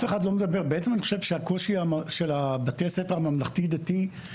בעצם אני חושב שהקושי של בתי הספר הממלכתיים דתיים